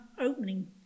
opening